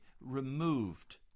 removed